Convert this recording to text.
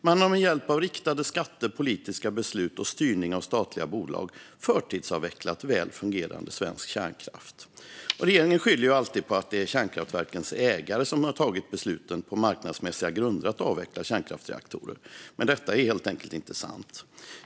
Man har med hjälp av riktade skatter, politiska beslut och styrning av statliga bolag förtidsavvecklat väl fungerande svensk kärnkraft. Regeringen skyller alltid på att kärnkraftverkens ägare skulle ha tagit besluten att avveckla kärnkraftsreaktorer på marknadsmässiga grunder, men detta är helt enkelt inte sant.